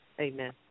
Amen